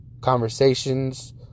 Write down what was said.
conversations